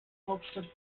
hauptstadt